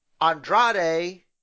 Andrade